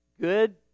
good